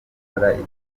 ibitaramo